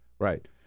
Right